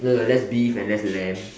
no no less beef and less lamb